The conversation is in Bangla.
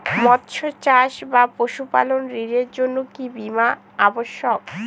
মৎস্য চাষ বা পশুপালন ঋণের জন্য কি বীমা অবশ্যক?